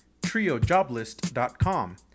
TrioJoblist.com